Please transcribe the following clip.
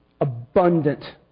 abundant